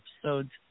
episodes